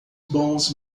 bons